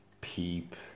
Peep